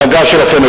ההנהגה שלכם,